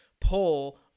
pull